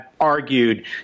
argued